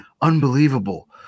unbelievable